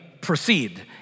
proceed